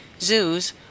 zoos